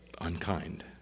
unkind